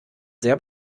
sehr